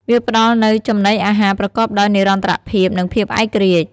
វាផ្តល់នូវចំណីអាហារប្រកបដោយនិរន្តរភាព និងភាពឯករាជ្យ។